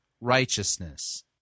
righteousness